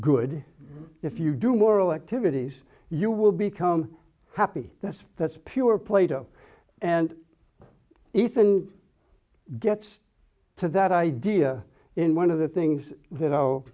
good if you do moral activities you will become happy that's that's pure plato and ethan gets to that idea in one of the things that